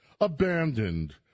abandoned